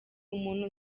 umuntu